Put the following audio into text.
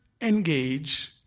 engage